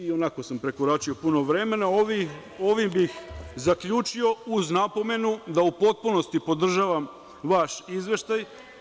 Ionako sam prekoračio puno vremena, ovim bih zaključio, uz napomenu da u potpunosti podržavam vaš izveštaj.